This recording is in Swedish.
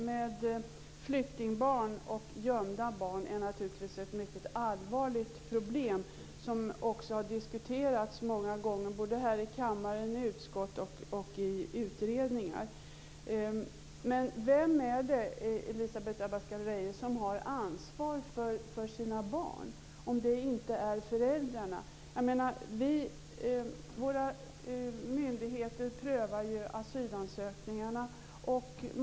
Herr talman! Flyktingbarn och gömda barn är naturligtvis ett mycket allvarligt problem som också har diskuterats många gånger här i kammaren, i utskott och i utredningen. Abascal Reyes, om det inte är föräldrarna? Våra myndigheter prövar asylansökningarna.